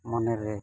ᱢᱚᱱᱮᱨᱮ